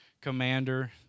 commander